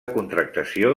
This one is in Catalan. contractació